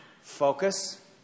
focus